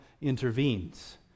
intervenes